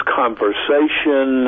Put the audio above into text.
conversation